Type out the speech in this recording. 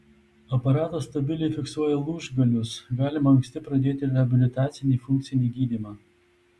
aparatas stabiliai fiksuoja lūžgalius galima anksti pradėti reabilitacinį funkcinį gydymą